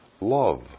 Love